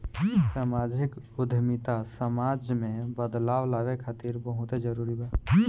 सामाजिक उद्यमिता समाज में बदलाव लावे खातिर बहुते जरूरी ह